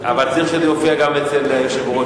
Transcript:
אבל צריך שזה יופיע גם אצל היושב-ראש.